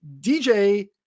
DJ